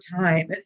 time